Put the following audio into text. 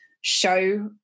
show